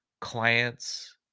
clients